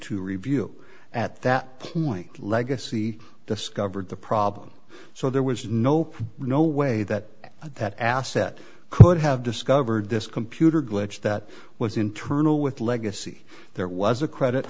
to review at that point legacy discovered the problem so there was no no way that that asset could have discovered this computer glitch that was internal with legacy there was a credit